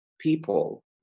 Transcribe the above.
people